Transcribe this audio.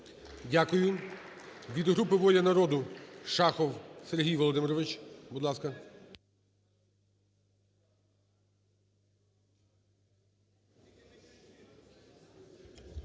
Дякую. Від групи "Воля народу" – Шахов Сергій Володимирович. Будь ласка.